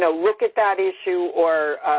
ah look at that issue or,